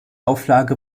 auflage